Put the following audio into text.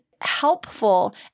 helpful